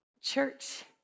Church